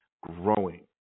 growing